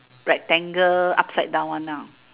rectangle upside down one nah